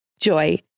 Joy